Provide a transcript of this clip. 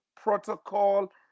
protocol